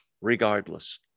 regardless